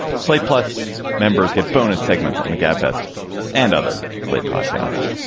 slate plus members get bonus segments on the gabfest and other slate podcasts.